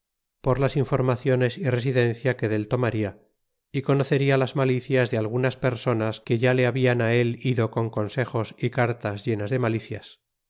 por las informaciones y residencia que del tomarla y conoceria las malicias de algunas personas que ya le hablan él ido con consejos y cartas llenas de malicias